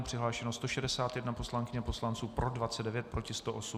Přihlášeno 161 poslankyň a poslanců, pro 29, proti 108.